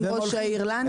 עם ראש העיר לנקרי, נכון.